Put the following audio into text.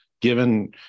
given